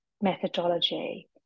methodology